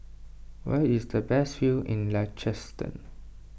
where is the best view in Liechtenstein